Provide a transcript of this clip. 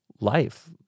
life